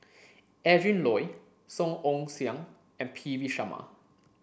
Adrin Loi Song Ong Siang and P V Sharma